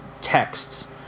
texts